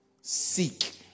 seek